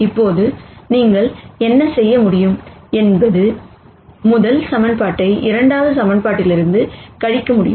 இப்போது நீங்கள் என்ன செய்ய முடியும் என்பது முதல் சமன்பாட்டை இரண்டாவது சமன்பாட்டிலிருந்து கழிக்க முடியும்